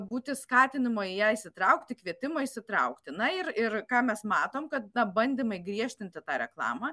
būti skatinamo ja įsitraukti kvietimo įsitraukti na ir ir ką mes matom kad na bandymai griežtinti tą reklamą